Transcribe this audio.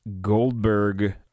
Goldberg